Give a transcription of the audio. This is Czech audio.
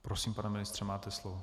Prosím, pane ministře, máte slovo.